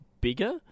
bigger